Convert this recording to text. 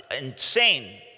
insane